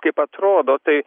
kaip atrodo tai